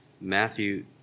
Matthew